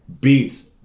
Beats